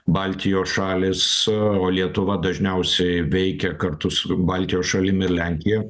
baltijos šalys o lietuva dažniausiai veikia kartu su baltijos šalimis lenkija